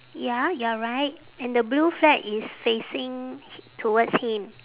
ya you are right and the blue flag is facing towards him